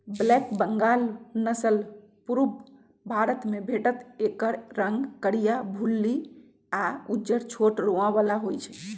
black Bengal नसल पुरुब भारतमे भेटत एकर रंग करीया, भुल्ली आ उज्जर छोट रोआ बला होइ छइ